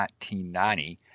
1990